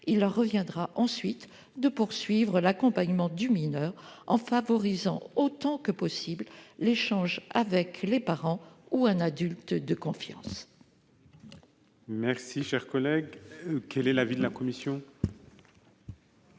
Il leur reviendra ensuite de poursuivre l'accompagnement du mineur, en favorisant, autant que possible, l'échange avec les parents ou avec un adulte de confiance.